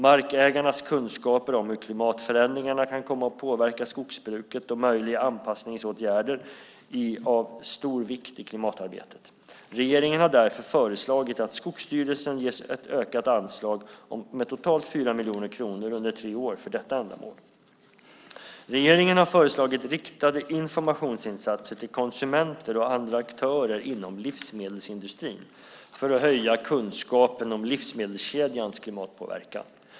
Markägarnas kunskaper om hur klimatförändringarna kan komma att påverka skogsbruket och möjliga anpassningsåtgärder är av stor vikt i klimatarbetet. Regeringen har därför föreslagit att Skogsstyrelsen ges ökat anslag med totalt 4 miljoner kronor under tre år för detta ändamål. Regeringen har föreslagit riktade informationsinsatser till konsumenter och andra aktörer inom livsmedelsindustrin för att höja kunskapen om livsmedelskedjans klimatpåverkan.